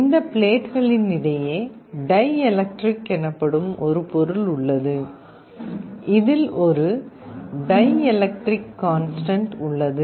இந்த பிளேட்களின் இடையே டைஎலக்ட்ரிக் எனப்படும் ஒரு பொருள் உள்ளது இதில் ஒரு டைஎலக்ட்ரிக் கான்ஸ்டன்ட் உள்ளது